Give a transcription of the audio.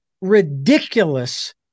ridiculous